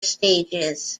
stages